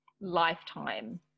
lifetime